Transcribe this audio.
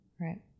Right